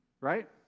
Right